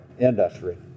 industry